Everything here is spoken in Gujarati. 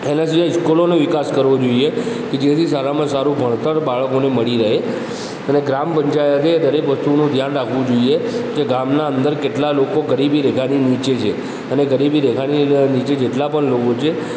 એના સિવાય ઇસ્કૂલોનો વિકાસ કરવો જોઇએ જેથી સારામાં સારું ભણતર બાળકોને મળી રહે અને ગ્રામ પંચાયતે દરેક વસ્તુનું ધ્યાન રાખવું જોઇએ કે ગામના અંદર કેટલા લોકો ગરીબી રેખાની નીચે છે અને ગરીબી રેખાની ન નીચે જેટલા પણ લોકો છે